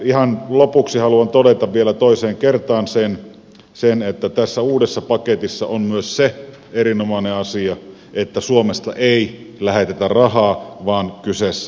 ihan lopuksi haluan todeta vielä toiseen kertaan sen että tässä uudessa paketissa on myös se erinomainen asia että suomesta ei lähetetä rahaa vaan kyseessä ovat vakuudet